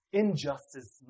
injustice